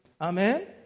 Amen